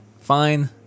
Fine